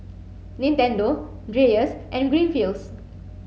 Nintendo Dreyers and Greenfields